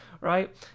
Right